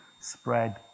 spread